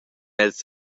els